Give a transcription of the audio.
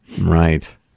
Right